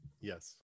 yes